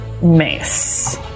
mace